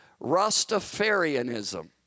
Rastafarianism